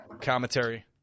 commentary